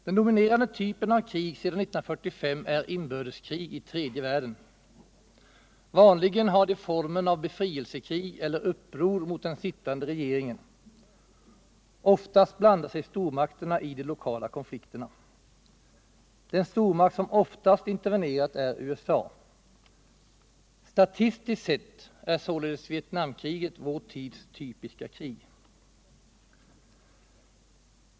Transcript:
Den dominerande typen av krig sedan 1945 är inbördeskrig i tredje världen. Vanligen har de formen av befrielsekrig eller uppror mot den sittande regeringen. Oftast blandar sig stormakterna i de lokala konflikterna. Den stormakt som oftast intervenerat är USA. Statistiskt sett är således Vietnamkriget vår tids typiska krig.